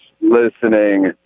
listening